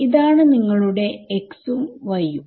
ഇതാണ് നിങ്ങളുടെ x ഉം y യും